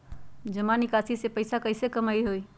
जमा निकासी से पैसा कईसे कमाई होई?